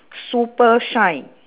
super shine